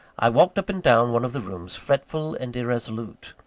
i walked up and down one of the rooms, fretful and irresolute.